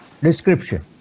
description